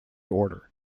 order